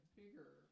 bigger